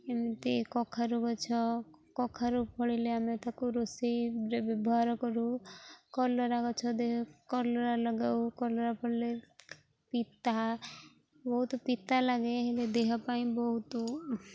ଏମିତି କଖାରୁ ଗଛ କଖାରୁ ଫଳିଲେ ଆମେ ତାକୁ ରୋଷେଇରେ ବ୍ୟବହାର କରୁ କଲରା ଗଛ ଦେହ କଲରା ଲଗାଉ କଲରା ଫଳିଲେ ପିତା ବହୁତ ପିତା ଲାଗେ ହେଲେ ଦେହ ପାଇଁ ବହୁତ